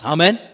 Amen